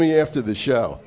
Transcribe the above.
me after the show